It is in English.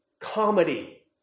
comedy